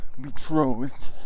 betrothed